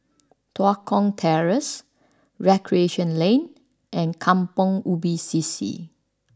Tua Kong Terrace Recreation Lane and Kampong Ubi C C